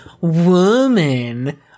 woman